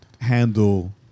handle